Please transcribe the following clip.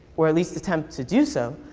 or at least attempt to do so.